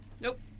Nope